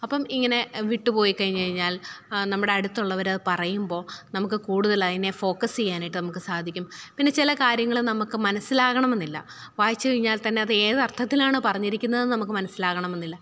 അപ്പം ഇങ്ങനെ വിട്ടുപോയി കഴിഞ്ഞുകഴിഞ്ഞാല് നമ്മുടെ അടുത്തുള്ളവരത് പറയുമ്പോൾ നമുക്ക് കൂടുതലതിനെ ഫോക്കസ് ചെയ്യാനായിട്ട് നമുക്ക് സാധിക്കും പിന്നെ ചില കാര്യങ്ങൾ നമുക്ക് മനസിലാകണം എന്നില്ല വായിച്ചുകഴിഞ്ഞാല് തന്നെ അത് ഏതര്ത്ഥത്തിലാണ് പറഞ്ഞിരിക്കുന്നതെന്ന് നമുക്ക് മനസിലാകണമെന്നില്ല